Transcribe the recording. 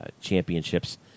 championships